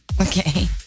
Okay